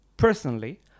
personally